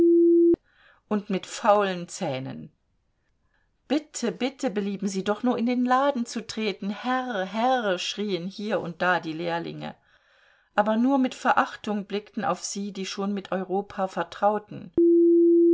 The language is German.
und mit faulen zähnen bitte bitte belieben sie doch nur in den laden zu treten herr herr schrien hier und da die lehrlinge aber nur mit verachtung blickten auf sie die schon mit europa vertrauten